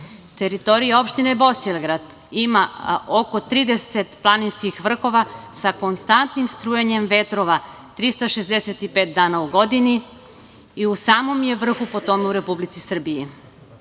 energiju. Teritorija opštine Bosilegrad ima oko 30 planinskih vrhova sa konstantnim strujanjem vetrova 365 dana u godini i u samom je vrhu po tome u Republici Srbiji. Ovo